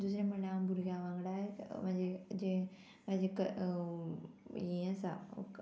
दुसरें म्हणल्यार हांव भुरग्यां वांगडा म्हाजे जें म्हाजें क हें आसा